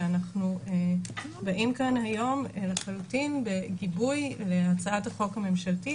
ואנחנו באים לכאן היום לחלוטין בגיבוי להצעת החוק הממשלתית,